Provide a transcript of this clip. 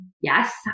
Yes